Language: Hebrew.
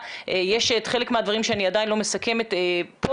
יש את חלק מהדברים שאני עדיין לא מסכמת פה,